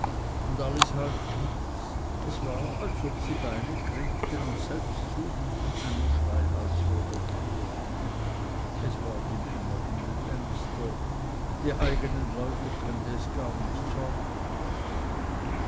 und alles half nichts es war als ob sie beine kriegten und selbst zuliefen einem schreihals vor der tür es ward ihm immer himmelängster für die eignen leute konnte es gar nicht sorgen